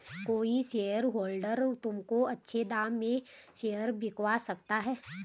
कोई शेयरहोल्डर तुमको अच्छे दाम में शेयर बिकवा सकता है